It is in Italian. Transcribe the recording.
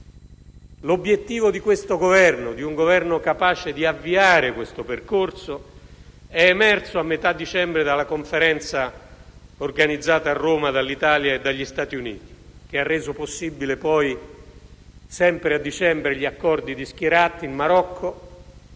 L'obiettivo di questo Governo, di un Governo capace di avviare questo percorso, è emerso a metà dicembre dalla Conferenza organizzata a Roma dall'Italia e dagli Stati Uniti, che ha reso possibile poi, sempre a dicembre, gli accordi di Skhirat in Marocco